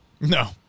No